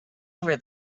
over